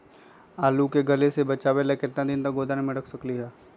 आलू के गले से बचाबे ला कितना दिन तक गोदाम में रख सकली ह?